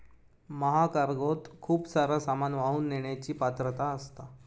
महाकार्गोत खूप सारा सामान वाहून नेण्याची पात्रता असता